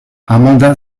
amanda